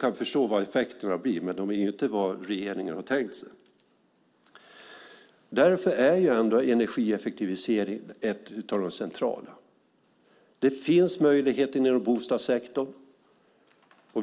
kan förstå vad effekterna blir, men de är ju inte vad regeringen har tänkt sig. Därför är energieffektivisering centralt. Det finns möjligheter inom bostadssektorn.